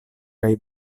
kaj